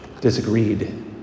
disagreed